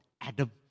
Adam